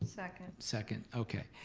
second. second, okay.